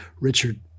Richard